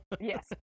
Yes